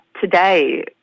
today